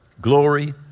glory